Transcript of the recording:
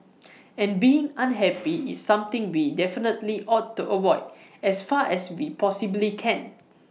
and being unhappy is something we definitely ought to avoid as far as we possibly can